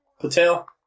Patel